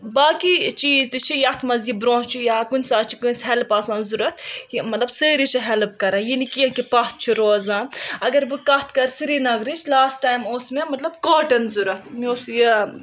باقٕے چیٖز تہِ چھِ یَتھ منٛز یہِ برٛونہہ چھِ یا کُنہِ ساتہٕ چھِ کٲنسہِ ہیلٕپ آسان ضوٚرتھ کہِ سٲری چھِ ہیلٕپ کَران یہِ نہٕ کیٚنٛہہ کہِ پَتھ چھِ روزان اگر بہٕ کَتھ کَرِ سِرینَگرٕچ لاسٹ ٹایم اوس مےٚ مطلب کاٹَن ضوٚرتھ مےٚ اوس یہِ